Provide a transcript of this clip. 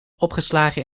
opgeslagen